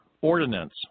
ordinance